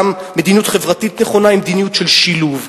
היא מדיניות של שילוב,